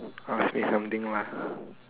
ask me something lah